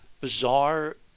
bizarre